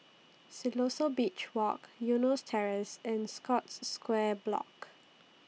Siloso Beach Walk Eunos Terrace and Scotts Square Block